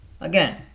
Again